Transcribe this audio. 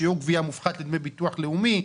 שיעור גבייה מופחת לדמי ביטוח לאומי,